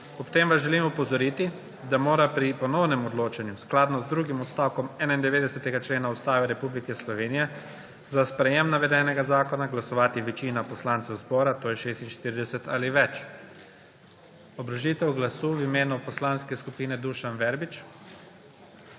Ob tem vas želim opozoriti, da mora pri ponovnem odločanju skladno z drugim odstavkom 91. člena Ustave Republike Slovenije za sprejetje navedenega zakona glasovati večina poslancev zbora, to je 46 ali več. Obrazložitev glasu ima v imenu poslanske skupine Dušan Verbič.